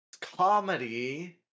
Comedy